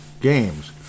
games